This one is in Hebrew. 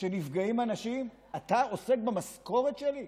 כשנפגעים אנשים, אתה עוסק במשכורת שלי?